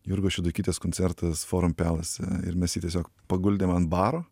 jurgos šeduikytės koncertas forum pelase ir mes jį tiesiog paguldėm ant baro